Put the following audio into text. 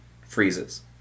freezes